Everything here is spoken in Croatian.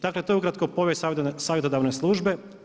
Dakle, to je ukratko povijest savjetodavne službe.